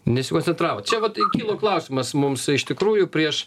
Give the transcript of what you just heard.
nesikoncentravot čia vat kilo klausimas mums iš tikrųjų prieš